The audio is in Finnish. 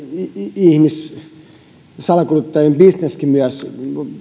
ihmissalakuljettajien bisneskin